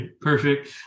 Perfect